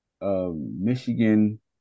Michigan